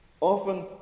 Often